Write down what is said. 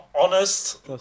Honest